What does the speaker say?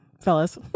fellas